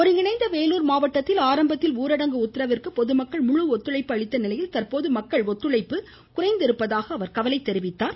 ஒருங்கிணைந்த வேலூர் மாவட்டத்தில் ஆரம்பத்தில் ஊரடங்கு உத்தரவிற்கு பொதுமக்கள் முழு ஒத்துழைப்பு அளித்த நிலையில் தற்போது மக்கள் ஒத்துழைப்பு வழங்குவது குறைந்திருப்பதாகவும் அவர் கவலை தெரிவித்தார்